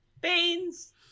Beans